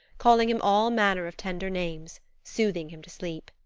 calling him all manner of tender names, soothing him to sleep.